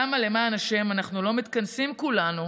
למה למען השם אנחנו לא מתכנסים כולנו